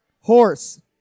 horse